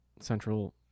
central